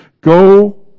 Go